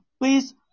Please